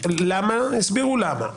הסבירו למה.